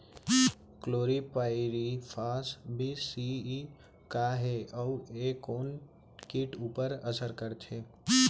Chlorpyrifos बीस CE का हे अऊ ए कोन किट ऊपर असर करथे?